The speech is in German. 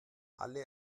alle